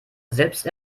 selbst